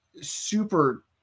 super